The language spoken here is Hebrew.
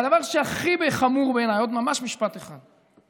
והדבר שהכי חמור בעיניי, ממש עוד משפט אחד,